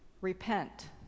Repent